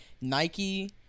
Nike